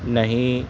نہیں